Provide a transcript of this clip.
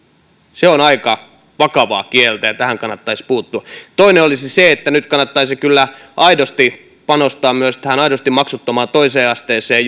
se on aika vakavaa kieltä ja tähän kannattaisi puuttua kolmas olisi se että nyt kannattaisi kyllä aidosti panostaa myös tähän aidosti maksuttomaan toiseen asteeseen